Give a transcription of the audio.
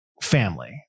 Family